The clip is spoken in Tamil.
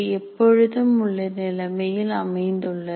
எப்பொழுதும் உள்ள நிலைமையில் அமைந்துள்ளது